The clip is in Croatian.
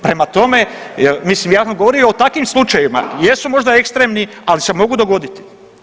Prema tome, mislim ja sam govorio o takvim slučajevima, jesu možda ekstremni, ali se mogu dogoditi.